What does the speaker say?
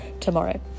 tomorrow